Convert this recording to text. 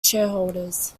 shareholders